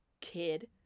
kid